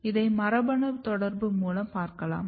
இதை மரபணு தொடர்பு மூலம் பார்க்கலாம்